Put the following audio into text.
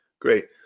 Great